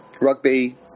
rugby